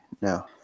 No